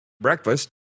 breakfast